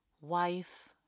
wife